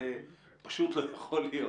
זה פשוט לא יכול להיות.